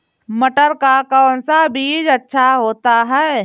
मटर का कौन सा बीज अच्छा होता हैं?